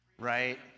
right